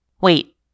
wait